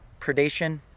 predation